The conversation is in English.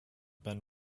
been